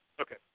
Okay